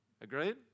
Agreed